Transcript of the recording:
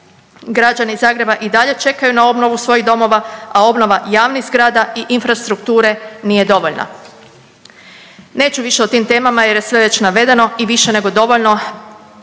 Građani Zagreba i dalje čekaju na obnovu svojih domova, a obnova javnih zgrada i infrastrukture nije dovoljna. Neću više o tim temama jer je sve već navedeno i više nego dovoljno